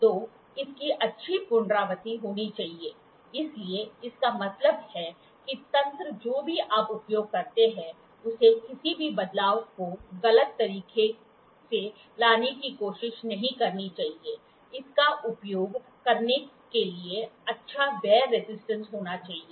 तो इसकी अच्छी पुनरावृत्ति होनी चाहिए इसलिए इसका मतलब है कि तंत्र जो भी आप उपयोग करते है उसे किसी भी बदलाव को गलत तरीके से लाने की कोशिश नहीं करनी चाहिए इसका उपयोग करने के लिए अच्छा वेयर रेजिस्टेंस होना चाहिए